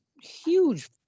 huge